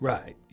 Right